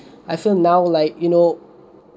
I feel now like you know